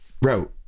bro